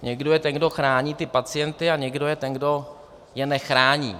Někdo je ten, kdo chrání ty pacienty, a někdo je ten, kdo je nechrání.